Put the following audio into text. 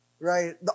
right